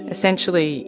Essentially